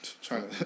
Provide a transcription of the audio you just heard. China